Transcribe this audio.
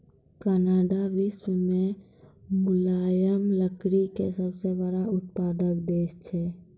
Canada विश्व मॅ मुलायम लकड़ी के सबसॅ बड़ो उत्पादक देश छै